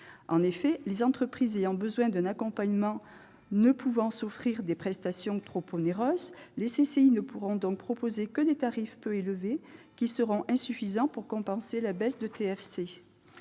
En effet, les entreprises ayant besoin d'un accompagnement ne pouvant pas s'offrir des prestations trop onéreuses, les CCI ne pourront donc proposer que des tarifs peu élevés. Ceux-ci seront insuffisants pour compenser la baisse de taxe